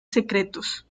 secretos